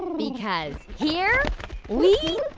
because here we.